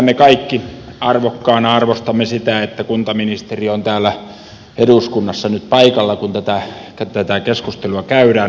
pidämme kaikki arvokkaana arvostamme sitä että kuntaministeri on täällä eduskunnassa nyt paikalla kun tätä keskustelua käydään